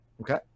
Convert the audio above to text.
Okay